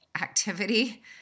activity